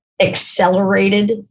accelerated